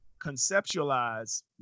conceptualize